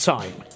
time